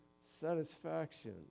satisfaction